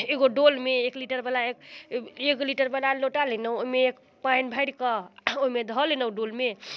एगो डोलमे एक लीटरवला एक लीटरवला लोटा लेलहुँ ओहिमे एक पानि भरिकऽ ओहिमे धऽ लेलहुँ डोलमे